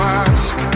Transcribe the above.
ask